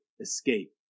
escape